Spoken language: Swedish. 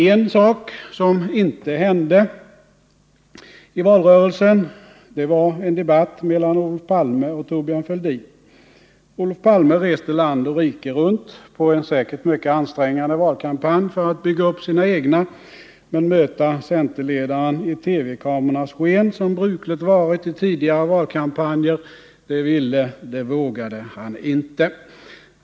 En sak som inte hände i valrörelsen var en debatt mellan Olof Palme och Thorbjörn Fälldin. Olof Palme reste land och rike runt på en säkert mycket ansträngande valturné för att bygga upp sina egna, men möta centerledaren i TV-kamerornas sken, som brukligt varit i tidigare valkampanjer, ville eller vågade han inte.